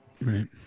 Right